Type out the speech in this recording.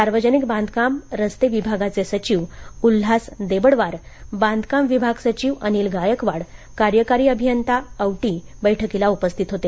सार्वजनिक बांधकाम रस्ते विभागाचे सचिव उल्हास देबडवार बांधकाम विभाग सचिव अनिल गायकवाड कार्यकारी अभियंता औटी बैठकीला उपस्थित होते